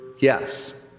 yes